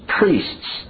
Priests